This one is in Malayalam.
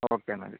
ഓക്കെ എന്നാൽ